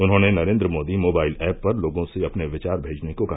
उन्होंने Narendra Modi mobile app पर लोगों से अपने विचार भेजने को कहा